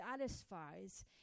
satisfies